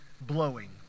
blowing